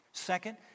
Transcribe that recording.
Second